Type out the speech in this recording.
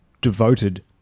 devoted